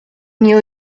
new